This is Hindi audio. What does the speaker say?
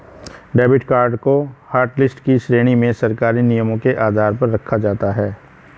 डेबिड कार्ड को हाटलिस्ट की श्रेणी में सरकारी नियमों के आधार पर रखा जाता है